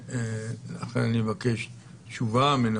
ואני מבקש תשובה מן